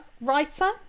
writer